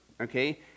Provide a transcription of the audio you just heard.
okay